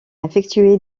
effectuer